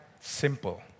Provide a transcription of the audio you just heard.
simple